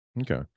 Okay